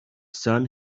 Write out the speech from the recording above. sun